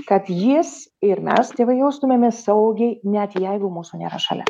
kad jis ir mes tėvai jaustumėmės saugiai net jeigu mūsų nėra šalia